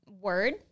word